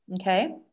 Okay